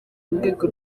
rwego